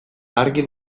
argi